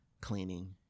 cleaning